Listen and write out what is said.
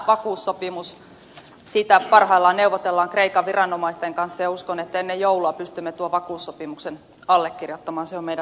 tästä vakuussopimuksesta parhaillaan neuvotellaan kreikan viranomaisten kanssa ja uskon että ennen joulua pystymme tuon vakuussopimuksen allekirjoittamaan